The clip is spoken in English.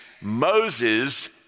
Moses